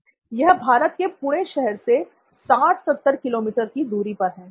यह भारत के पुणे शहर से 60 70 किलोमीटर की दूरी पर है